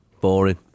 Boring